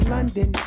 London